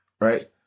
right